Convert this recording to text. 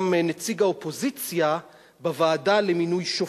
גם נציג האופוזיציה בוועדה למינוי שופטים.